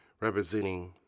representing